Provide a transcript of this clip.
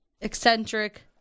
eccentric